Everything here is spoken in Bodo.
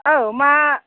औ मा